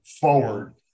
forward